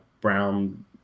brown